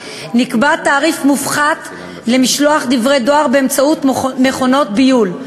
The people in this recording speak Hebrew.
נקבע תעריף מופחת למשלוח דברי דואר באמצעות מכונות ביול,